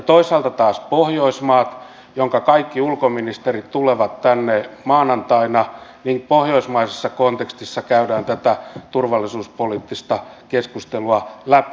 toisaalta taas pohjoismaiden kaikki ulkoministerit tulevat tänne maanantaina ja pohjoismaisessa kontekstissa käydään tätä turvallisuuspoliittista keskustelua läpi